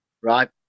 Right